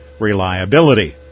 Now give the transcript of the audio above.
reliability